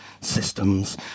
systems